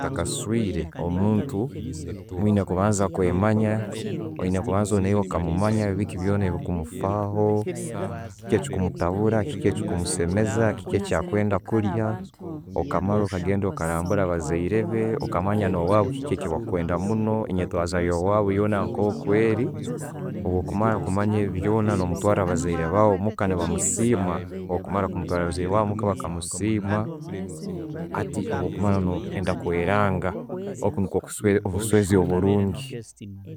Otakaswire, omuntu, oyine kubanza okwemanya, oyina naiwe kubanza okamumanya biiki byona ebikumufaho, chiki echimutabura, chiki echimusemeza, chiki kyakwenda kulya. Okamara okagenda okarambula abazaire be, okumanya no'wabu kiki kyebakwenda munno, entwaza yo'wabu yoona nko'kweri, obwokumara kumanya ebyo byona, no'mutwara abazaire baawe muka nebamusima. Obwokumara batwara bazaire baawe omuka bakamusiima, hati obwokumara no'genda kweranga okwo nubwo'obuswezi oburungi.